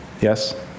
Yes